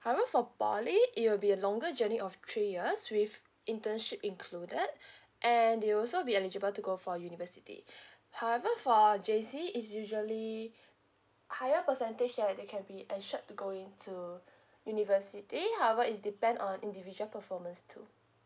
however for poly it'll be a longer journey of three years with internship included and you'll also be eligible to go for university however for J_C it's usually higher percentage that they can be ensured to go into university however it's depend on individual performance too